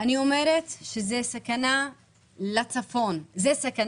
זו סכנה לצפון.